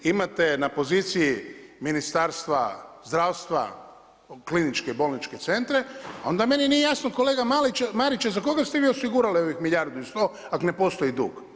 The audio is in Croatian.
Imate na poziciji Ministarstva zdravstva kliničke bolničke centra onda meni nije jasno kolega Mariće za koga ste vi osigurali ovih milijardu i 100 ako ne postoji dug.